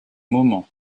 moments